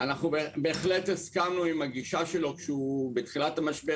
בהחלט הסכמנו עם הגישה שלו כאשר הוא אמר בתחילת המשבר: